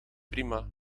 prima